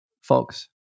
folks